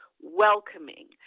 welcoming